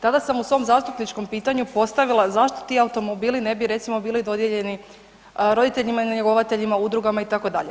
Tada sam u svom zastupničkom pitanju postavila zašto ti automobili ne bi recimo bili dodijeljeni roditeljima ili njegovateljima, udrugama itd.